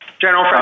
General